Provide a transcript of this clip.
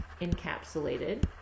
encapsulated